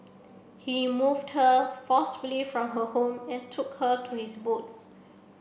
he removed her forcefully from her home and took her to his boats